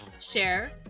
share